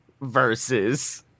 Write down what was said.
versus